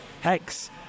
hex